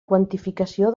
quantificació